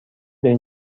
دانی